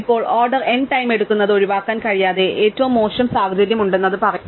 ഇപ്പോൾ order n time എടുക്കുന്നത് ഒഴിവാക്കാൻ കഴിയാത്ത ഏറ്റവും മോശം സാഹചര്യമുണ്ടെന്ന് അത് പറയുന്നു